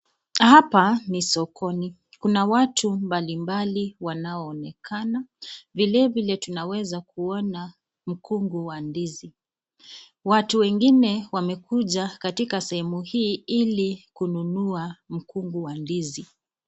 Hapa ni sokoni, kuna watu mbalimbali wanaoonekana, vilevile tunaweza kuona mkungu wa ndizi. Watu wengine wamekuja katika sehemu hii ili kununua mkungu wa ndizi.